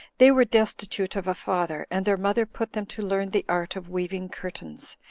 they were destitute of a father, and their mother put them to learn the art of weaving curtains,